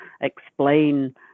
explain